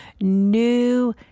new